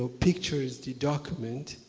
ah pictures, the document.